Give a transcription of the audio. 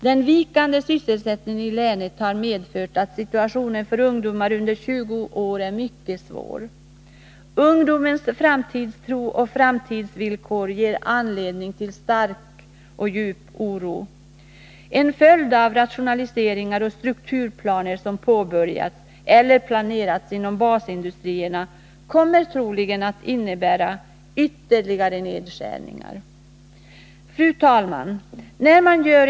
Den vikande sysselsättningen i länet har medfört att situationen för ungdomar under 20 år är mycket svår. Ungdomens framtidstro och framtidsvillkor ger anledning till djup oro. En följd av rationaliseringar och strukturplaner som påbörjats eller planerats inom basindustrierna kommer troligen att innebära ytterligare nedskärningar. Fru talman!